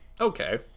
okay